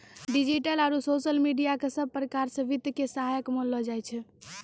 digital आरू social media क सब प्रकार स वित्त के सहायक मानलो जाय छै